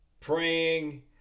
praying